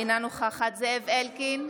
אינה נוכחת זאב אלקין,